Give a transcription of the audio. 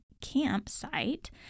campsite